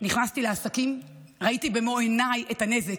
נכנסתי לעסקים וראיתי במו עיניי את הנזק.